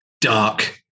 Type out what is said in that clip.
dark